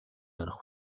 ярих